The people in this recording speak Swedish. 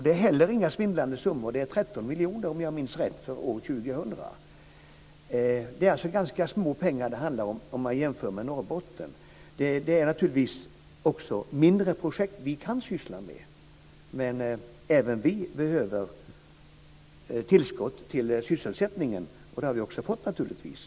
Det är heller inga svindlande summor. Det är, om jag minns rätt, 13 miljoner för år 2000. Det är alltså ganska små summor det handlar om, om man jämför med Norrbotten. Det är naturligtvis mindre projekt som vi kan syssla med. Men även vi behöver tillskott till sysselsättningen, och det har vi också fått naturligtvis.